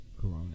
corona